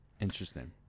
Interesting